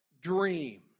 dream